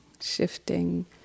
shifting